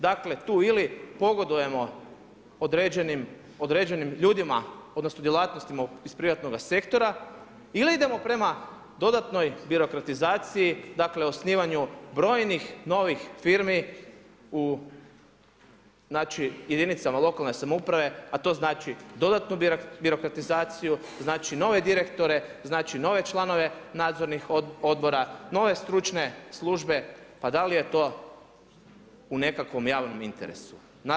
Dakle, tu ili pogodujemo određenim ljudima odnosno djelatnostima iz privatnog sektora ili idemo prema dodatnoj birokratizaciji, dakle osnivanju brojnih novih firmi u jedinicama lokalne samouprave a to znači dodatnu birokratizaciju, znači nove direktore, znači nove članove nadzornih odbora, nove stručne službe, pa da li je to u nekakvom javnom interesu?